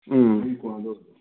ꯎꯝ